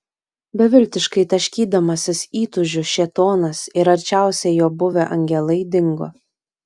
beviltiškai taškydamasis įtūžiu šėtonas ir arčiausiai jo buvę angelai dingo